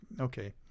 Okay